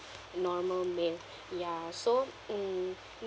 a normal mail ya so mm